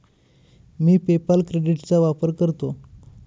मी PayPal credit कार्डचा वापर करतो